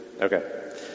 Okay